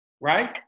right